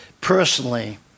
personally